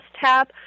tab